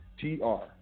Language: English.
T-R